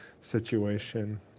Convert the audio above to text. situation